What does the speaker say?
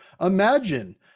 Imagine